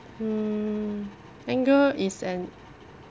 mm anger is an